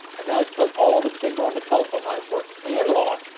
and that was cuz all the signal on the telephone lines were analog.